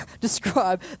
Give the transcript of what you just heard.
describe